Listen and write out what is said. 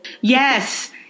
yes